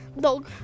Dog